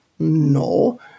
No